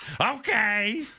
Okay